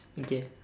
okay